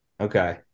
Okay